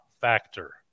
factor